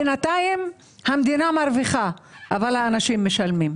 אבל בינתיים המדינה מרוויחה אבל האנשים משלמים.